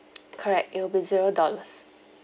correct it will be zero dollars